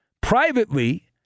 Privately